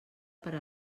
per